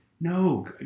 no